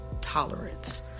tolerance